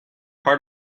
part